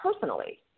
personally